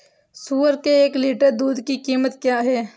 सुअर के एक लीटर दूध की कीमत क्या है?